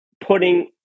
putting